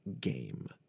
game